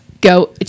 go